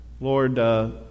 Lord